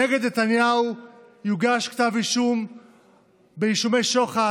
נגד נתניהו יוגש כתב אישום באישומי שוחד,